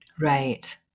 Right